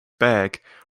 back